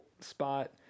spot